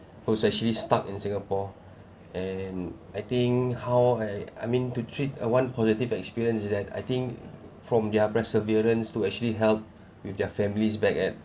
who's actually stuck in singapore and I think how I I mean to treat a one positive experience is that I think from their perseverance to actually help with their families back at